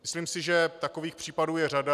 Myslím si, že takových případů je řada.